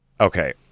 Okay